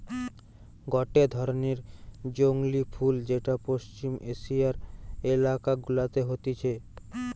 গটে ধরণের জংলী ফুল যেটা পশ্চিম এশিয়ার এলাকা গুলাতে হতিছে